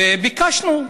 ביקשנו.